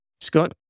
Scott